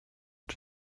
czy